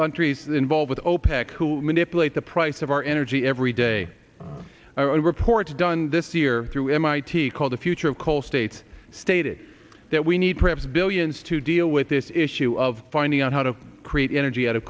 countries involved with opec who manipulate the price of our energy every day i reports done this year through mit called the future of coal states stating that we need perhaps billions to deal with this issue of finding out how to create energy out of